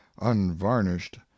unvarnished